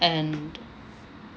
and